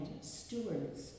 stewards